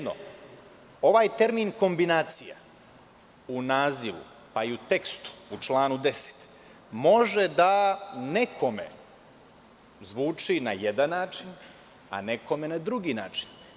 Prvo, ovaj termin „kombinacija“ u nazivu, pa i u tekstu, u članu 10, može da nekome zvuči na jedan način a nekome na drugi način.